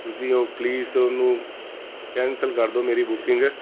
ਤੁਸੀਂ ਉਹ ਪਲੀਜ਼ ਉਹਨੂੰ ਕੈਂਸਲ ਕਰ ਦਿਓ ਮੇਰੀ ਬੁਕਿੰਗ